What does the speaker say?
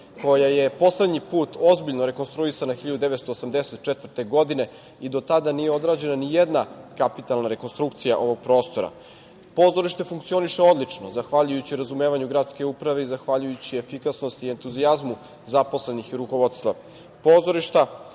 koja je poslednji put ozbiljno rekonstruisana 1984. godine i do tada nije odrađena nijedna kapitalna rekonstrukcija ovog prostora. Pozorište funkcioniše odlično zahvaljujući razumevanju gradske uprave i zahvaljujući efikasnosti i entuzijazmu zaposlenih i rukovodstva pozorišta,